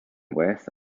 with